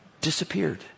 disappeared